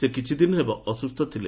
ସେ କିଛିଦିନ ହେବ ଅସୁସ୍ଛ ଥିଲେ